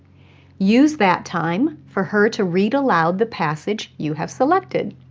use that time for her to read aloud the passage you have selected.